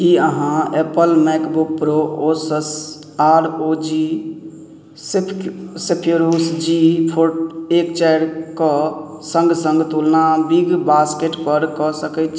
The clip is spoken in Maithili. कि अहाँ Apple MacBook Pro Asus R O G Zephyrus G fourteen एक चारिके सङ्ग सङ्ग तुलना बिग बाॅस्केटपर कऽ सकै छी